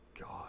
God